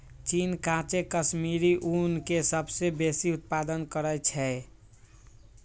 चीन काचे कश्मीरी ऊन के सबसे बेशी उत्पादन करइ छै